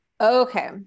Okay